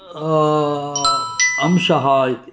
अंशः इति